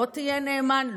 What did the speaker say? לא תהיה נאמן,